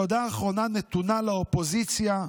תודה אחרונה נתונה לאופוזיציה,